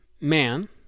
man